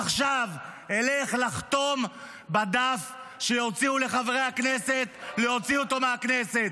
עכשיו אלך לחתום בדף שיוציאו לחברי הכנסת להוציא אותו מהכנסת,